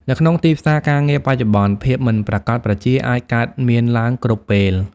នៅក្នុងទីផ្សារការងារបច្ចុប្បន្ន ភាពមិនប្រាកដប្រជាអាចកើតមានឡើងគ្រប់ពេល។